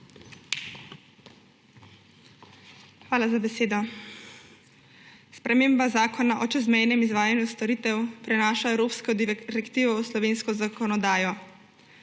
Hvala za besedo. Sprememba Zakona o čezmejnem izvajanju storitev prenaša evropsko direktivo v slovensko zakonodajo.